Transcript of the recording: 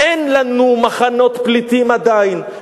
אין לנו מחנות פליטים עדיין,